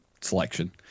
selection